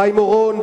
חיים אורון,